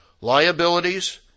Liabilities